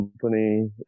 company